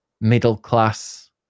middle-class